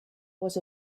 was